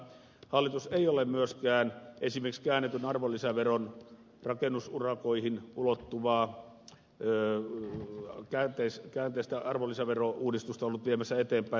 hallitus ei ole myöskään esimerkiksi rakennusurakoihin ulottuvaa käänteistä arvonlisäverouudistusta ollut viemässä eteenpäin